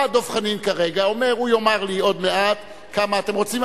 בא דב חנין כרגע ואומר שהוא יאמר לי עוד מעט כמה אתם רוצים,